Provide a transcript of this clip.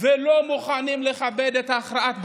ולא מוכנים לכבד את הכרעת בג"ץ.